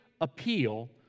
appeal